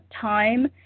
time